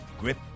grip